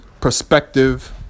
perspective